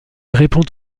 répond